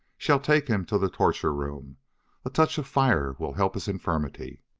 shall take him to the torture room a touch of fire will help his infirmity!